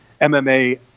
MMA